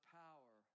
power